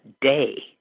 day